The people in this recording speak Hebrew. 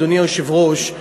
אדוני היושב-ראש,